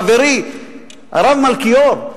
חברי הרב מלכיאור,